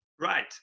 Right